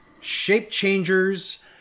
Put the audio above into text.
shape-changers